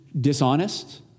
dishonest